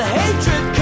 hatred